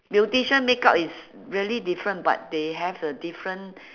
beautician makeup is really different but they have the different